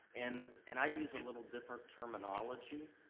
and and i use a little different terminology,